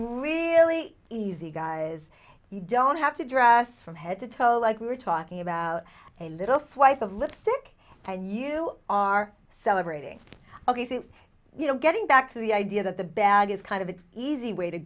really easy guys you don't have to dress from head to toe like we were talking about a little swipe of lipstick and you are celebrating obviously you know getting back to the idea that the bag is kind of the easy way to